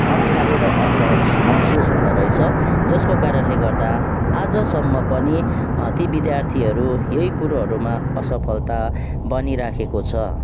अप्ठ्यारो र असहज महसुस हुँदोरहेछ जसको कारणले गर्दा आजसम्म पनि ती विद्यार्थीहरू यही कुरोहरूमा असफलता बनिरहेको छ